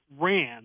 ran